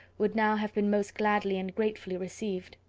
would now have been most gladly and gratefully received!